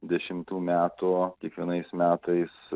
dešimtų metų kiekvienais metais